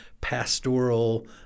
pastoral